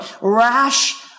rash